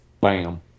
Bam